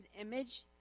image